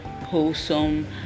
wholesome